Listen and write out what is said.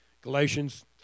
Galatians